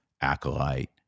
acolyte